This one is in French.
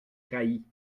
trahie